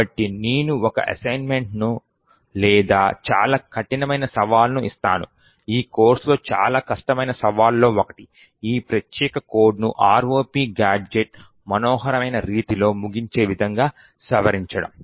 కాబట్టి నేను ఒక అసైన్మెంట్ను లేదా చాలా కఠినమైన సవాలును ఇస్తాను ఈ కోర్సులో చాలా కష్టమైన సవాళ్ళలో ఒకటి ఈ ప్రత్యేకమైన కోడ్ను ROP గాడ్జెట్ మనోహరమైన రీతిలో ముగించే విధంగా సవరించడం